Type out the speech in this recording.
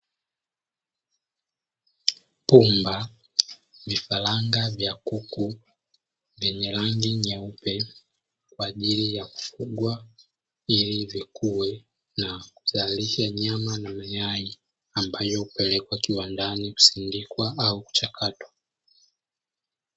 Pumba, vifaranga vya kuku vyenye rangi nyeupe kwa ajili ya kufugwa, ili vikue na kuzalisha nyama na mayai; ambayo hupelekwa kiwandani kusindikwa au kuchakatwa.